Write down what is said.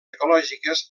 ecològiques